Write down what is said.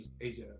Asia